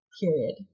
period